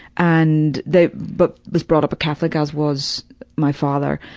and they but was brought up a catholic as was my father.